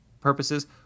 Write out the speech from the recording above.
purposes